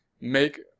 make